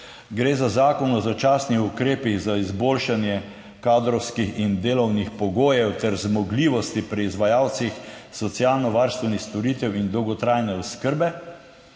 gre za Zakon o začasnih ukrepih za izboljšanje kadrovskih in delovnih pogojev ter zmogljivosti pri izvajalcih socialno varstvenih storitev in dolgotrajne oskrbe.